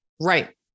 Right